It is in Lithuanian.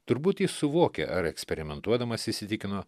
turbūt jis suvokė ar eksperimentuodamas įsitikino